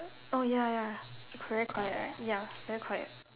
oh ya ya correct correct right ya correct correct